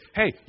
hey